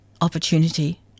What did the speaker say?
opportunity